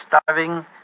starving